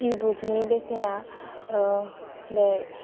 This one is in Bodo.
इबुकनि बेसेना बे